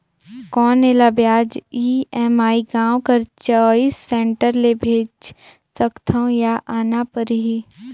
कौन एला ब्याज ई.एम.आई गांव कर चॉइस सेंटर ले भेज सकथव या आना परही?